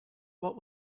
what